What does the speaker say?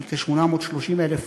שהיא כ-830,000 אנשים,